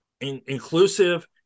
inclusive